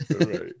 right